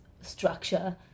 structure